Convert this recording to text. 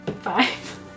Five